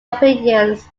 opinions